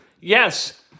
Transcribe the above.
Yes